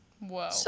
whoa